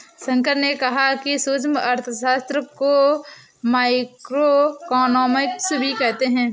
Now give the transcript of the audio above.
शंकर ने कहा कि सूक्ष्म अर्थशास्त्र को माइक्रोइकॉनॉमिक्स भी कहते हैं